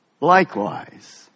likewise